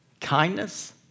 kindness